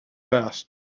best